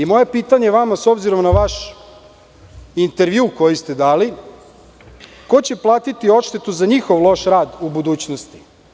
Moje pitanje vama, s obzirom na vaš intervju koji ste dali, ko će platiti odštetu za njihov loš rad u budućnosti?